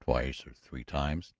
twice or three times.